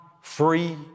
free